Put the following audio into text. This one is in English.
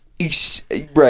Right